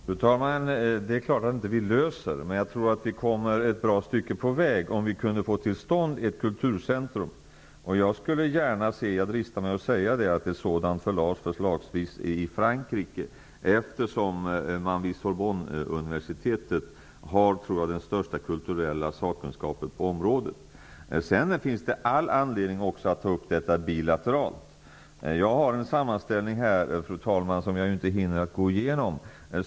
Fru talman! Det är klart att vi inte löser problemet, men jag tror att vi kommer ett bra stycke på väg, om vi kan få till stånd ett kulturcentrum. Jag skulle gärna se -- jag dristar mig att säga det -- att det förläggs till Frankrike, eftersom man vid Sorbonneuniversitetet har den största kulturella sakkunskapen på området. Sedan finns det all anledning att ta upp denna fråga även bilateralt. Jag har här en sammanställning, som jag inte hinner gå igenom.